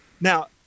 now